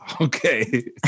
okay